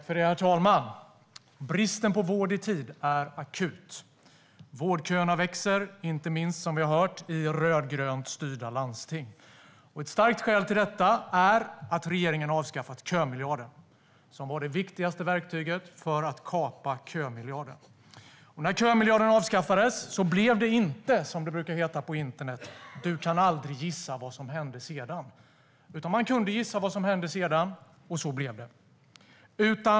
Herr talman! Bristen på vård i tid är akut. Vårdköerna växer, som vi har hört inte minst i rödgrönt styrda landsting. Ett starkt skäl till detta är att regeringen har avskaffat kömiljarden, som var det viktigaste verktyget för att kapa köerna. När kömiljarden avskaffades blev det inte som det brukar heta på internet: Du kan aldrig gissa vad som hände sedan. Man kunde gissa vad som hände sedan, och så blev det.